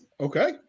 Okay